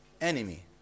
enemy